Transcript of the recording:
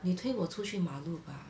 你推我出去马路 bah